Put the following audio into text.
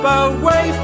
away